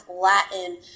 Latin